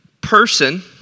Person